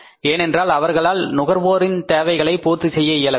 ஏனென்றால் அவர்களால் நுகர்வோரின் தேவைகளை பூர்த்தி செய்ய இயலவில்லை